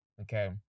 okay